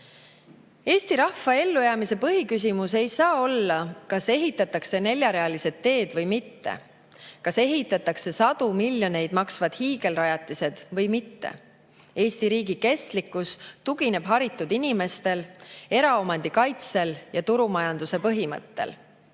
Eesti rahva ellujäämise põhiküsimus ei saa olla see, kas ehitatakse neljarealised teed või mitte, kas ehitatakse sadu miljoneid maksvad hiigelrajatised või mitte. Eesti riigi kestlikkus tugineb haritud inimestele, eraomandi kaitsele ja turumajanduse põhimõttele.